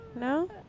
No